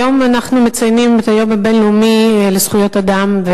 היום אנחנו מציינים את היום הבין-לאומי לזכויות אדם,